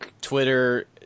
Twitter